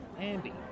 Andy